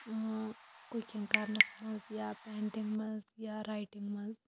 cooking کَرنَس مَنٛز یا پینٛٹِنٛگ مَنٛز یا رایٹِنٛگ مَنٛز